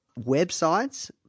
websites